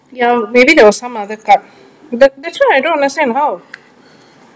ya maybe there was some other card that that's why I don't understand how